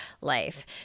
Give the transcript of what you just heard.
life